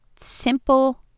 simple